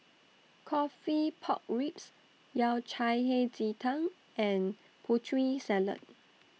Coffee Pork Ribs Yao Cai Hei Ji Tang and Putri Salad